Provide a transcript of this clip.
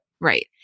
right